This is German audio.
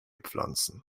pflanzen